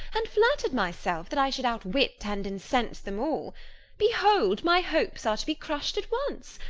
and flattered myself that i should outwit and incense them all behold my hopes are to be crushed at once,